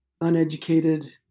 uneducated